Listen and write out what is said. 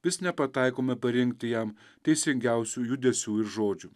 vis nepataikome parinkti jam teisingiausių judesių ir žodžių